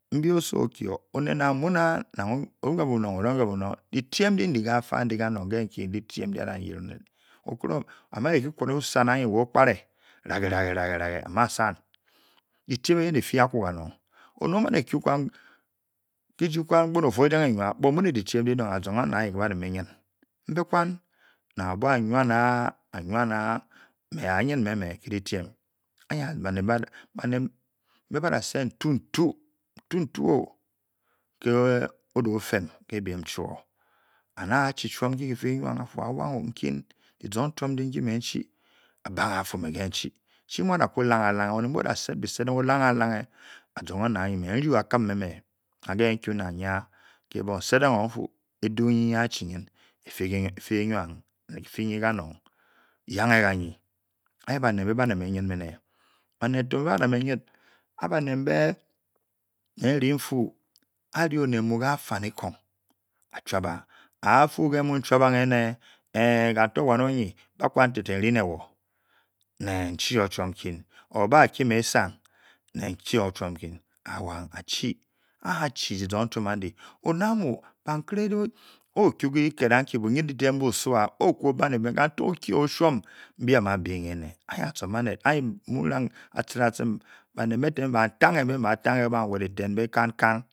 Mbi-osowo okiio oned nang myiwaa nang onuo-bwnong nang o·da-nuo didyme udi ka-fa kendii uamong ke'ndi dii-didym ndi anyed oned. okwe. o-sad auyi-wa okpre va-ke-vake didymd eyen di-kanong oned o'man-eku kijii kevan kpod but mu'ne didyme ndi-de nong. a'zong baned auyi-ka-ola me nym mbekwan nang abuo-anna-na'me a nyn me ke-didyme. baned mbe ba'da sed ntu'tu'bu'ode-tem ke-biem chouo a chii chum. a bange afu. wee n'chii ajong baned amibe omibe ke-ba'-me nyn. chii nki a-da-ku sed bésedeng. a lange-ala-nge azong baned anyi a-nyn-me-me na ki nku wangunga?kebong nsedeng ofuu eduu nyi achii efu euou yange ka-nyi anyi baned nbē ba. da me yin baned to mbe ba-da we ari oned ka-afane kong a chuab ba. afu. ke mu'nchabangia ene ke'to-wan-oym-yi ba'tefe nrii ne-wo. ne-chu-chwom an'ki or ba keine esang ne nchii choum ankii. awang a chii. oned a'mu ofere lee ui ked wekii kang-kang. buwgu didym by-swa o-nk-ba ne-biem kan to okioo ochuom mbi a ma bien-a ang azong baned. mu'rang athchiring-atchiring oned mbe ba tangē ke nwet mu-kan-kan.